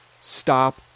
stop